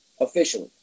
Officially